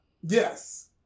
Yes